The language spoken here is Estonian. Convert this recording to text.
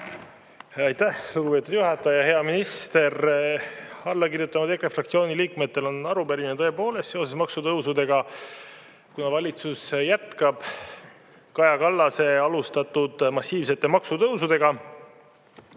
Aitäh, lugupeetud juhataja! Hea minister! Alla kirjutanud EKRE fraktsiooni liikmetel on arupärimine tõepoolest seoses maksutõusudega, kuna valitsus jätkab Kaja Kallase alustatud massiivseid maksutõuse.